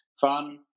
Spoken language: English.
fun